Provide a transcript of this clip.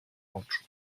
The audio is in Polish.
oczu